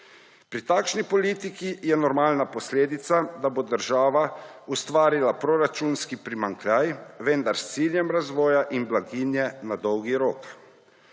Pri takšni politiki je normalna posledica, da bo država ustvarila proračunski primanjkljaj, vendar s ciljem razvoja in blaginje na dolgi rok.